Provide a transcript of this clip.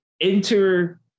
Enter